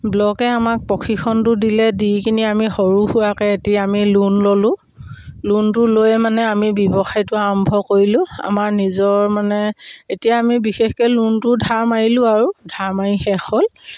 ব্লকে আমাক প্ৰশিক্ষণটো দিলে দি কিনি আমি সৰুসুৰাকৈ এতিয়া আমি লোন ল'লোঁ লোনটো লৈয়ে মানে আমি ব্যৱসায়টো আৰম্ভ কৰিলোঁ আমাৰ নিজৰ মানে এতিয়া আমি বিশেষকৈ লোনটো ধাৰ মাৰিলোঁ আৰু ধাৰ মাৰি শেষ হ'ল